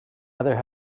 other